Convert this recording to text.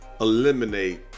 eliminate